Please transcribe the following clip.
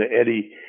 Eddie